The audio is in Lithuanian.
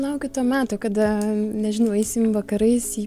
laukiu to meto kada nežinau eisim vakarais į